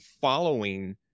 following